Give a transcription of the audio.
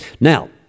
Now